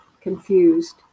confused